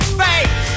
face